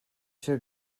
ser